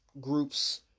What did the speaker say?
groups